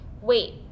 Wait